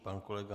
Pan kolega